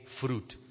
fruit